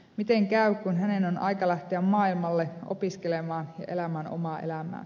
miten käy kun hänen on aika lähteä maailmalle opiskelemaan ja elämään omaa elämää